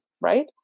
right